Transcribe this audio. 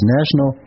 National